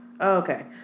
okay